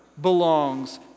belongs